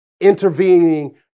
intervening